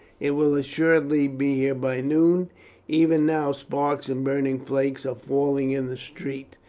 it will assuredly be here by noon even now sparks and burning flakes are falling in the street.